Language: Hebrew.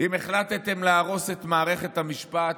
אם החלטתם להרוס את מערכת המשפט,